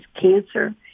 cancer